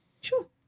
Sure